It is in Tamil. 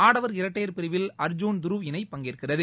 ஆடவர் இரட்டையர் பிரிவில் அர்ஜூன் துருவ் இணை பங்கேற்கிறது